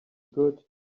good